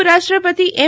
ઉપરાષ્ટ્રપતિ એમ